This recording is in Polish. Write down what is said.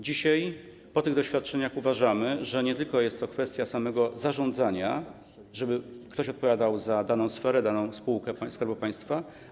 Dzisiaj, po tych doświadczeniach, uważamy, że to jest nie tylko kwestia samego zarządzania, tego, żeby ktoś odpowiadał za daną sferę, daną spółkę Skarbu Państwa.